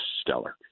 stellar